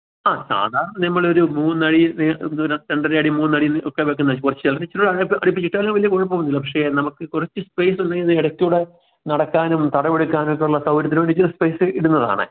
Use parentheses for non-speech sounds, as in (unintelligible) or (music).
ആ സാധാരണ നമ്മൾ ഒരു മൂന്നടി രണ്ടര അടി മൂന്നടി ഒക്കെ വയ്ക്കുന്ന ചിലത് ഇച്ചിരി കൂടെ അകലത്ത് അടിപ്പിച്ച് ഇട്ടാലും വലിയ കുഴപ്പമൊന്നുമില്ല പക്ഷേ നമുക്ക് കുറച്ച് സ്പെയ്സ് (unintelligible) ഇടയ്ക്കൂടെ നടക്കാനും തടമെടുക്കാനും ഒക്കെയുള്ള സൗകര്യത്തിന് വേണ്ടിയിട്ട് സ്പേസ് ഇടുന്നതാണ്